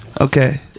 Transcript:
Okay